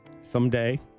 Someday